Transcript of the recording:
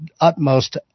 utmost